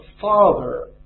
father